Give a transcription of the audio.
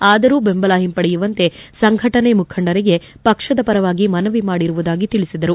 ಆದರೂ ಬೆಂಬಲ ಹಿಂಪಡೆಯುವಂತೆ ಸಂಘಟನೆ ಮುಖಂಡರಿಗೆ ಪಕ್ಷದ ಪರವಾಗಿ ಮನವಿ ಮಾಡಿರುವುದಾಗಿ ತಿಳಿಸಿದರು